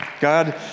God